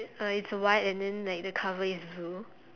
uh it's white and then like the cover is blue